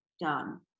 done